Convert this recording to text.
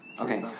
Okay